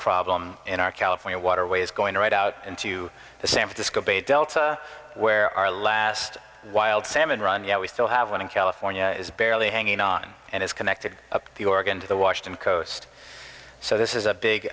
problem in our california waterways going right out into the san francisco bay delta where our last wild salmon run yeah we still have one in california is barely hanging on and is connected up the oregon to the washington coast so this is a big